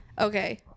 okay